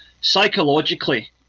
psychologically